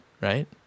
right